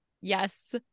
Yes